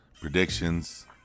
predictions